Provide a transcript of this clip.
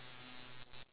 stories